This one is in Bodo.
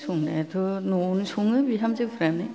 संनायाथ' न'आवनो सङो बिहामजोफ्रानो